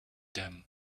them